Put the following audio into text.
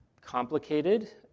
complicated